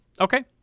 Okay